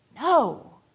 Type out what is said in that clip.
No